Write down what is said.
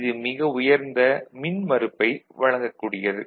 இது மிக உயர்ந்த மின்மறுப்பை வழங்கக் கூடியது